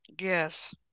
yes